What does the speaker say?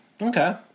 okay